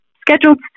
scheduled